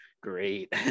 Great